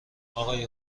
آقای